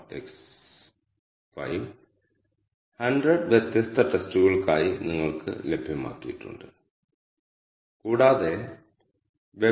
csv function input ആർഗ്യുമെന്റായി എന്താണ് എടുക്കുന്നതെന്നും അത് നമുക്ക് ഔട്ട്പുട്ടായി നൽകുന്നതെന്താണെന്നും നോക്കാം